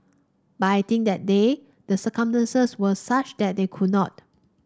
but I think that day the circumstances were such that they could not